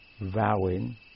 vowing